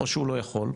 או שהוא לא יכול,